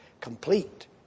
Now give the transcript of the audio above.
complete